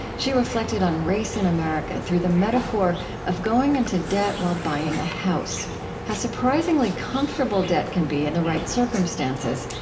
she reflected on race in america through the metaphor of going into debt while buying a house how surprisingly comfortable debt can be in the right circumstances,